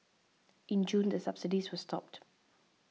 in June the subsidies were stopped